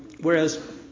Whereas